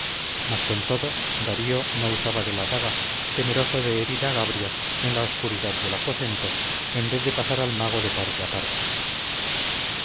mas con todo darío no usaba de la daga temeroso de herir a gabrias en la oscuridad del aposento en vez de pasar al mago de parte a parte